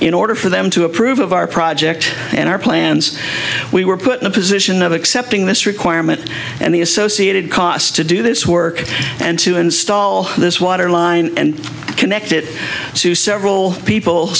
in order for them to approve of our project and our plans we were put in a position of accepting this requirement and the associated cost to do this work and to install this waterline and connect it to several people